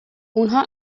اونها